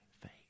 faith